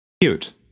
cute